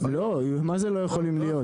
מה זה לא יכולים להיות?